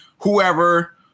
whoever